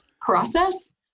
process